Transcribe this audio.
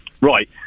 right